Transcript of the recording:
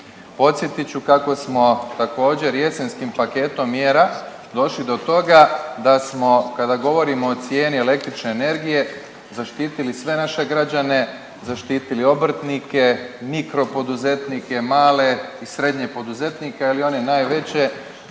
Podsjetit ću kako smo također jesenskim paketom mjera došli do toga da smo kada govorimo cijeni električne energije zaštitili sve naše građane, zaštitili obrtnike, mikro poduzetnike, male i srednje poduzetnike, ali i one najveće